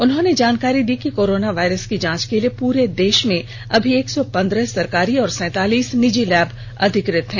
उन्होंने जानकारी दी कि कोरोना वायरस की जांच के लिए पूरे देष में अभी एक सौ पंद्रह सरकारी और सैंतालिस निजी लैब अधिकृत हैं